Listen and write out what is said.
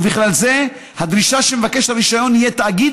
ובכלל זה הדרישה שמבקש הרישיון יהיה תאגיד